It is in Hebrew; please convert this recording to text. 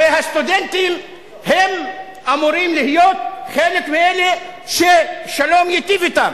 הרי הסטודנטים אמורים להיות חלק מאלה ששלום ייטיב אתם.